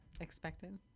Expected